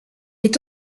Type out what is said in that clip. est